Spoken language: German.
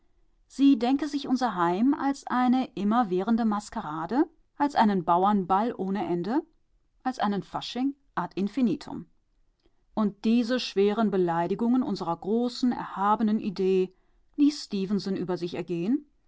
sie denke sich unser heim als eine immerwährende maskerade als einen bauernball ohne ende als einen fasching ad infinitum und diese schweren beleidigungen unserer großen erhabenen idee